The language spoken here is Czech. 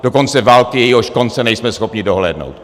Dokonce války, jejíhož konce nejsme schopni dohlédnout.